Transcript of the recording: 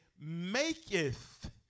maketh